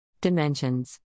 Dimensions